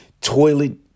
toilet